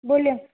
બોલો